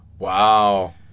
Wow